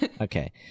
okay